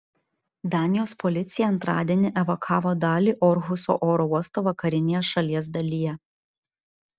danijos policija antradienį evakavo dalį orhuso oro uosto vakarinėje šalies dalyje